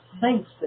thanks